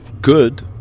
Good